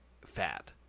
fat